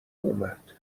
اومد